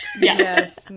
Yes